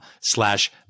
slash